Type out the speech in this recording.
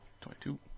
Twenty-two